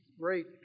great